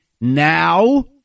now